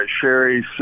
Sherry's